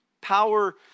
Power